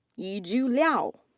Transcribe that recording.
yizhu liao.